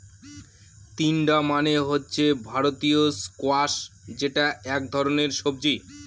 তিনডা মানে হচ্ছে ভারতীয় স্কোয়াশ যেটা এক ধরনের সবজি